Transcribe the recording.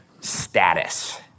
status